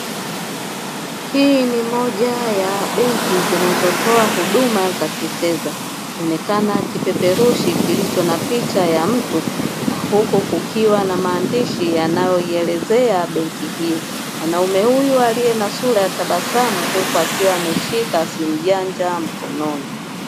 Hii ni moja ya benki zinazotoa huduma za kifedha kinaonekana kipeperushi kilicho na picha ya mtu na huku kukiwa na maandishi yanayoielezea benki hiyo. Mwanaume huyu aliye na sura ya tabasamu huku akiwa ameshika simu janja mkononi.